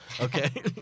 Okay